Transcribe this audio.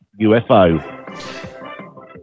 UFO